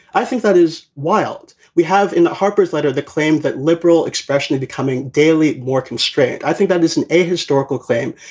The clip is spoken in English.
i think that is wild. we have in the harper's letter the claim that liberal expression is becoming daily more constrained. i think that isn't a historical claim.